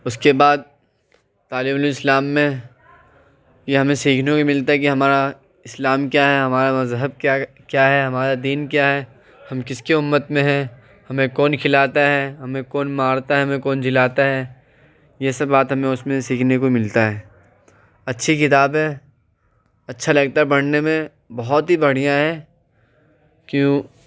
اس کے بعد تعلیم الاسلام میں یہ ہمیں سیکھنے کو ملتا ہے کہ ہمارا اسلام کیا ہے ہمارا مذہب کیا کیا ہے ہمارا دین کیا ہے ہم کس کے امت میں ہیں ہمیں کون کھلاتا ہے ہمیں مارتا ہے ہمیں کون جلاتا ہے یہ سب باتیں ہمیں اس میں سیکھنے کو ملتا ہے اچھی کتاب ہے اچھا لگتا ہے پڑھنے میں بہت ہی بڑھیا ہے کیوں